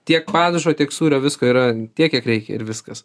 tiek padažo tiek sūrio visko yra tiek kiek reikia ir viskas